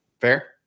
Fair